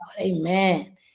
Amen